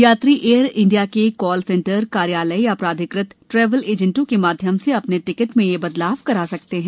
यात्री Air India call कॉल सेंटर कार्यालय या प्राधिकृत ट्रेवेल एजेंटों के माध्यम से अपने टिकट में ये बदलाव करा सकते हैं